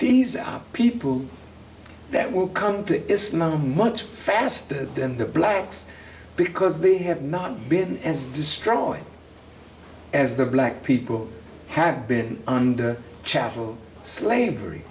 these people that will come to know much faster than the blacks because they have not been destroyed as the black people have been under chattel slavery